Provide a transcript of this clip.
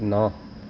ਨਾ